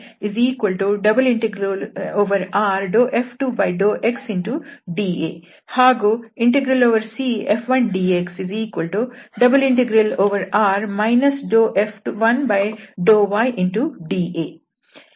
ಇವೆರಡನ್ನು ಕೂಡಿಸಿದರೆ ನಮಗೆ F1dxF2dyಇರುತ್ತದೆ